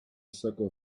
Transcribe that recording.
circle